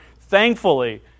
Thankfully